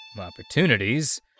opportunities